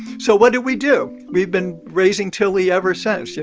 so what did we do? we've been raising tilly ever since. you